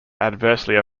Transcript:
adversely